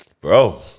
bro